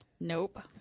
Nope